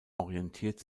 orientiert